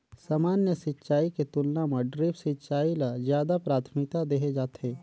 सामान्य सिंचाई के तुलना म ड्रिप सिंचाई ल ज्यादा प्राथमिकता देहे जाथे